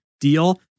deal